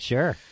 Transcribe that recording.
Sure